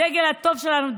הדגל הטוב שלנו,